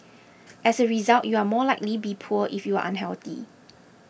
as a result you are more likely be poor if you are unhealthy